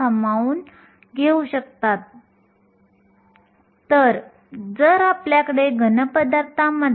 आम्ही पूर्वी असेही म्हटले होते की mu विखुरणाऱ्या वेळेशी संबंधित आहे